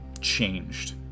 changed